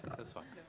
that's fine.